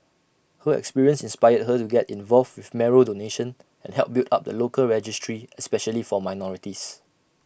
her experience inspired her to get involved with marrow donation and help build up the local registry especially for minorities